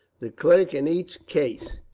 the clerk, in each case,